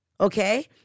okay